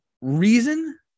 reason